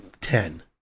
ten